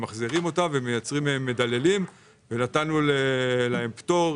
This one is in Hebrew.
נתנו להם פטור,